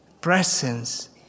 presence